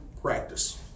practice